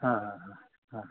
हां हां हां हां